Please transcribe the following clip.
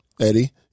Eddie